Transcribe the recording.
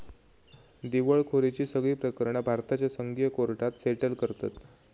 दिवळखोरीची सगळी प्रकरणा भारताच्या संघीय कोर्टात सेटल करतत